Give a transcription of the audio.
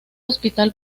hospital